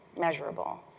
measurable.